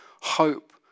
hope